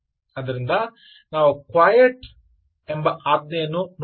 ಆದ್ದರಿಂದ ನಾವು ಕ್ವಾಯಟ್ ಎಂಬ ಆಜ್ಞೆಯನ್ನು ನೋಡೋಣ